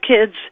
kids